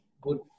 good